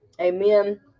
Amen